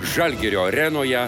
žalgirio arenoje